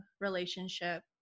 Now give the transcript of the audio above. relationship